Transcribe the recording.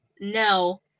no